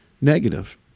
negative